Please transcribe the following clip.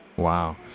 Wow